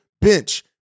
bench